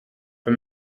for